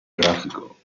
grafico